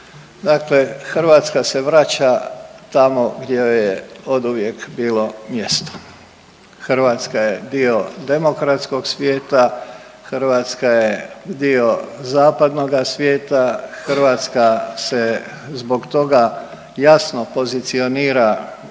dakle Hrvatska se vraća tamo gdje joj je oduvijek bilo mjesto. Hrvatska je dio demokratskog svijeta, Hrvatska je dio zapadnoga svijeta, Hrvatska se zbog toga jasno pozicionira